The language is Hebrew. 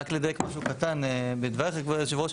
רק לדייק משהו קטן בדבריך, כבוד היושב-ראש.